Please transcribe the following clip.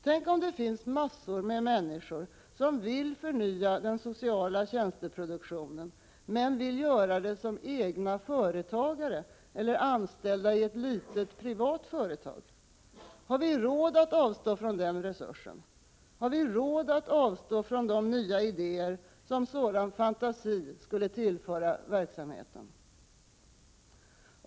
Tänk om det finns massor av människor, som vill förnya den sociala tjänsteproduktionen, men vill göra det som egna företagare eller anställda i ett litet privat företag. Har vi råd att avstå från den resursen? Har vi råd att avstå från de nya idéer som sådan fantasi skulle tillföra verksamheten?